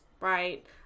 right